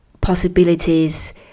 possibilities